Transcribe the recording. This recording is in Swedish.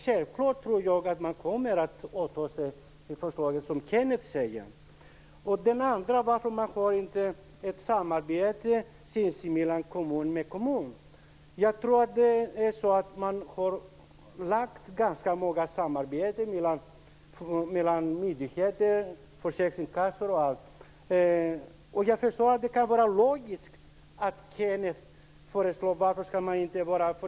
Självklart tror jag att man kommer att åta sig det som Kenneth Kvist säger. Den andra frågan gäller varför man inte har ett samarbete kommun och kommun emellan. Jag tror att det är så att man har haft fram ganska många samarbeten mellan myndigheter, bl.a. försäkringskassor, och jag förstår att det som Kenneth Kvist föreslår kan vara logiskt.